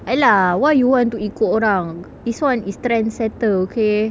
ah lah why you want to ikut orang this one is trendsetter okay